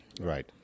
Right